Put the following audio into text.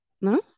no